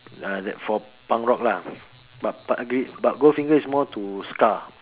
ah that for punk rock lah but but gold finger is more to ska